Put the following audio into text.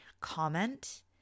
comment